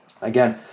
again